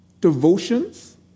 devotions